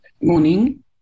Morning